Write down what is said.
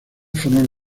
formar